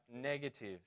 negative